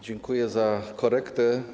Dziękuję za korektę.